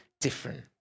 different